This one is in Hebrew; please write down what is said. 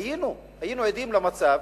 היינו עדים למצב